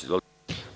Izvolite.